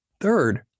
Third